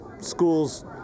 schools